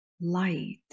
light